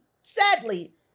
sadly